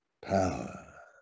power